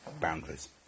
boundaries